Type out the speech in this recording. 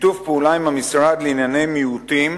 שיתוף פעולה עם המשרד לענייני מיעוטים